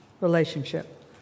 relationship